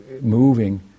moving